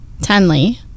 Tenley